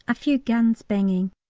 a few guns banging.